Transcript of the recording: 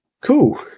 Cool